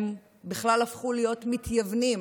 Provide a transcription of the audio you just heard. הם בכלל הפכו להיות מתייוונים,